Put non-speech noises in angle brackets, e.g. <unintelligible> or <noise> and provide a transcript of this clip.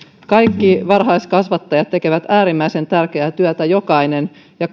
kaikki varhaiskasvattajat tekevät äärimmäisen tärkeää työtä jokainen ja <unintelligible>